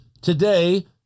today